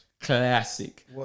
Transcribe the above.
Classic